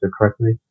correctly